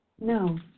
No